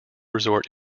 resort